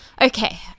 Okay